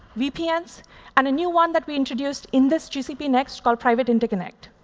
vpns, and a new one that we introduced in this gcp next called private interconnect.